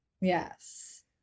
Yes